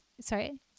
sorry